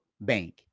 Bank